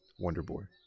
Wonderboy